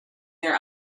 their